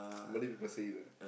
Malay people say it lah